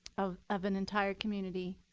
of of an entire community.